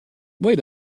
wait